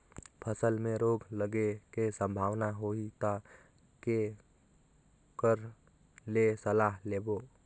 फसल मे रोग लगे के संभावना होही ता के कर ले सलाह लेबो?